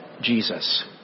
Jesus